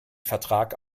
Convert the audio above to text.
vertrag